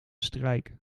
strijk